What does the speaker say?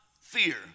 fear